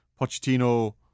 Pochettino